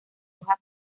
hoja